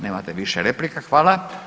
Nemate više replika.